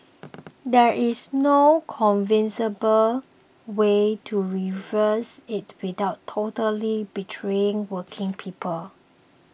there is no convincible way to reverse it without totally betraying working people